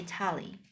Italy